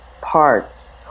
parts